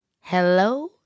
Hello